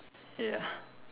ya